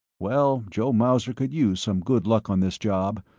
well, joe mauser could use some good luck on this job.